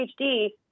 PhD